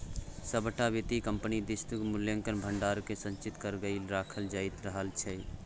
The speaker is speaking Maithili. सभटा वित्तीय कम्पनी दिससँ मूल्यक भंडारकेँ संचित क कए राखल जाइत रहल छै